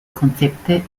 konzepte